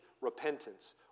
repentance